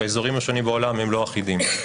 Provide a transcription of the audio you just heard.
באזורים השונים בעולם הם לא אחידים.